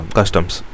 customs